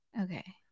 okay